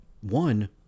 one